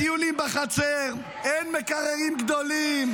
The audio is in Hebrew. אין, אין טיולים בחצר, אין מקררים גדולים.